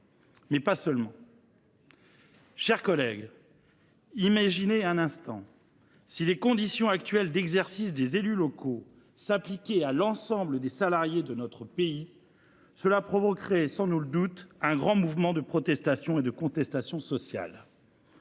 suffit pas ! Mes chers collègues, si les conditions actuelles d’exercice des élus locaux s’appliquaient à l’ensemble des salariés de notre pays, cela provoquerait sans nul doute un grand mouvement de protestation et de contestation sociale.